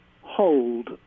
Hold